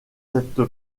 cette